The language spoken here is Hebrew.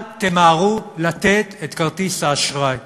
אל תמהרו לתת את כרטיס האשראי,